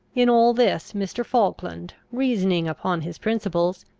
in all this mr. falkland, reasoning upon his principles,